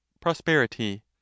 Prosperity